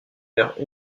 meurt